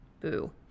boo